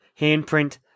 handprint